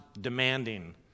demanding